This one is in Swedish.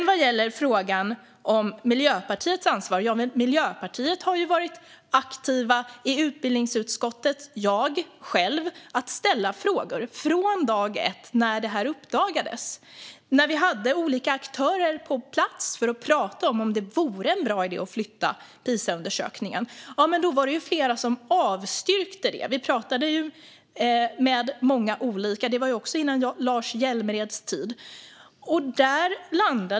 Vad gäller frågan om Miljöpartiets ansvar har Miljöpartiet och jag själv varit aktiva i utbildningsutskottet och ställt frågor från dag ett efter att detta uppdagades. När vi hade olika aktörer på plats för att prata om huruvida det vore en bra idé att flytta Pisaundersökningen var det flera som avstyrkte detta. Vi pratade med många olika; detta var före Lars Hjälmereds tid.